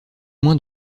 moins